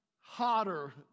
hotter